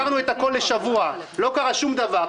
-- עצרנו את הכול לשבוע, לא קרה שום דבר.